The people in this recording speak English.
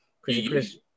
Chris